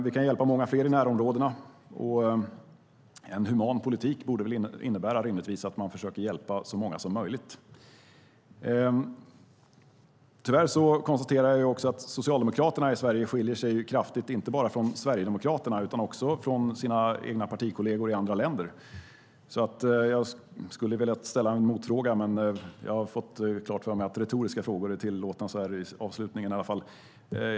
Vi kan hjälpa många fler i närområdena. En human politik borde rimligtvis innebära att man försöker hjälpa så många som möjligt. Tyvärr konstaterar jag också att Socialdemokraterna i Sverige skiljer sig kraftigt inte bara från Sverigedemokraterna utan också från sina partikolleger i andra länder. Jag skulle ha velat ställa en motfråga, men jag har fått klart för mig att bara retoriska frågor är tillåtna så här i avslutningen av ett replikskifte.